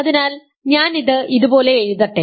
അതിനാൽ ഞാൻ ഇത് ഇതുപോലെ എഴുതട്ടെ